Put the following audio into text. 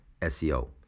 SEO